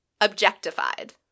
objectified